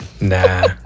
Nah